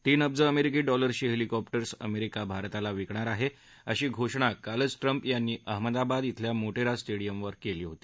तीन अब्ज अमेरिकी डॉलरची हर्विकॉप्टर्स अमेरिका भारताला विकणार आहे अशी घोषणा कालच ट्रम्प यांनी अहमदाबाद इथल्या मोटेरा स्टेडियम इथं केली होती